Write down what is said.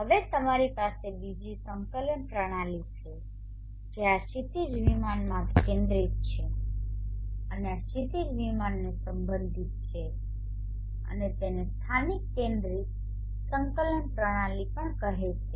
હવે તમારી પાસે બીજી સંકલન પ્રણાલી છે જે આ ક્ષિતિજ વિમાનમાં કેન્દ્રિત છે અને આ ક્ષિતિજ વિમાનને સંબંધિત છે અને તેને સ્થાનિક કેન્દ્રિત સંકલન પ્રણાલી કહેવામાં આવે છે